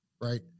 right